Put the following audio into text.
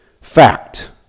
Fact